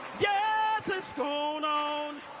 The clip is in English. yeah it's it's gone on.